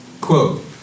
quote